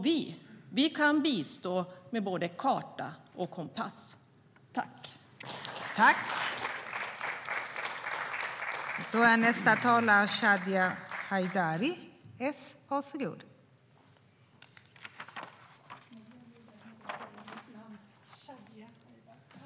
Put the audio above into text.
Vi kan bistå med både karta och kompass.